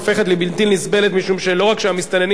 הופכים לבלתי נסבלים משום שלא רק שהמסתננים